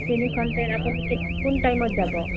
তিনিখন ট্ৰেইন আপুনি কো কোন টাইমত যাব